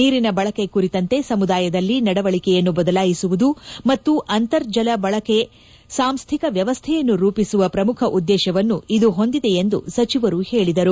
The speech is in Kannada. ನೀರಿನ ಬಳಕೆ ಕುರಿತಂತೆ ಸಮುದಾಯದಲ್ಲಿ ನಡವಳಿಕೆಯನ್ನು ಬದಲಾಯಿಸುವುದು ಮತ್ತು ಅಂತರ್ಜಲ ಬಳಕೆಗೆ ಸಾಂಸ್ಥಿಕ ವ್ಯವಸ್ಥೆಯನ್ನು ರೂಪಿಸುವ ಪ್ರಮುಖ ಉದ್ದೇಶವನ್ನು ಇದು ಹೊಂದಿದೆ ಎಂದು ಸಚಿವರು ಹೇಳಿದರು